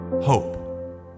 Hope